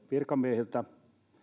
virkamiehiltä